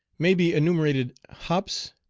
may be enumerated hops,